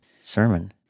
sermon